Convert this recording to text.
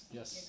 yes